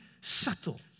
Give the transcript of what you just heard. subtle